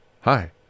hi